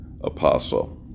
apostle